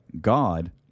God